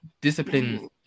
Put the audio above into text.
Discipline